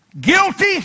guilty